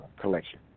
collection